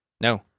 No